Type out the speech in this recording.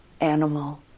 animal